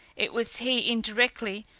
it was he, indirectly,